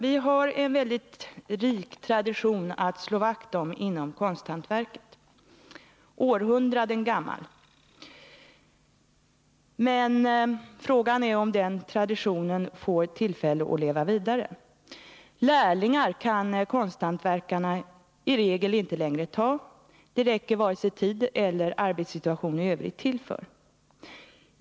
Vi har en mycket rik, århundraden gammal, tradition att slå vakt om inom konsthantverket. Men frågan är om den traditionen får tillfälle att leva vidare. Lärlingar kan konsthantverkarna i regel inte längre ta emot. Det räcker inte tiden till för. Även arbetssituationen i övrigt hindrar detta.